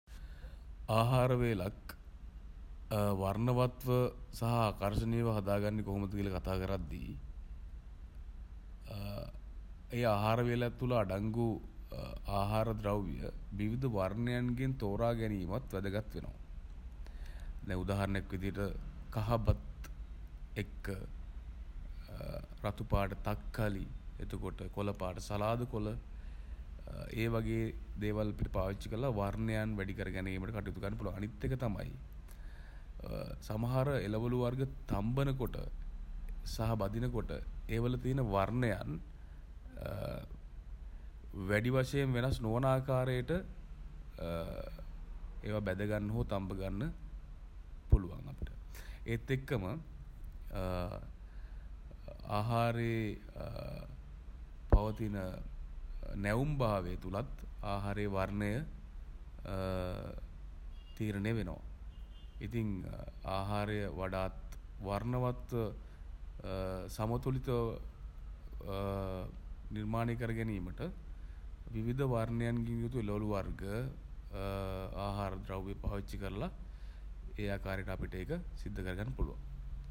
ආහාර වේලක් වර්ණවත්ව සහ ආකර්ෂණීය හදාගන්නේ කොහොමද කතා කරද්දි ඒ ආහාර වේල තුළ අඩංගු ආහාර ද්‍රව්‍ය විවිධ වර්ණයන්ගෙන් තෝරාගැනීමත් වැදගත් වෙනවා. දැන් උදාහරණයක් විදිහට කහ බත් එක්ක රතු පාට තක්කාලි එතකොට කොළපාට සලාද කොළ ඒ වගේ දේවල් අපිට පාවිච්චි කරලා වර්ණයන් වැඩිකර ගැනීමට කටයුතු කරන්න පුළුවන්. අනිත් එක තමයි සමහර එළවළු වර්ග තම්බන කොට සහ බදින කොට ඒ වල තියෙන වර්ණයන් වැඩි වශයෙන් වෙනස් නොවන ආකාරයට ඒවා බැදගන්න හෝ තම්බගන්න පුළුවන් අපිට. ඒත් එක්කම ආහාරයේ පවතින නැවුම් භාවය තුළත් ආහාරයේ වර්ණය තීරණය වෙනවා. ඉතින් ආහාරය වඩාත් වර්ණවත්ව සමතුලිතව නිර්මාණය කර ගැනීම විවිධ වර්ණයන්ගෙන් යුතු එළවලු වර්ග හා ආහාර ද්‍රව්‍ය පාවිච්චි කරලා ඒ ආකාරයට අපිට ඒක සිද්ධ කරන්න පුළුවන්.